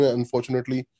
unfortunately